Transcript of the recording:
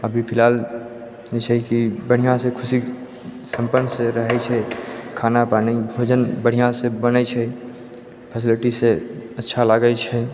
अभी फिलहाल जे छै कि बढ़िऑं से खुशी संपन्न सऽ रहै छै खाना पानी भोजन बढ़िऑं से बनै छै फैसिलिटी से अच्छा लागै छै